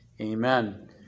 amen